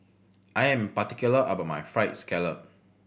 I am particular about my Fried Scallop